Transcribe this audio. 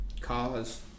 cause